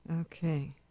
Okay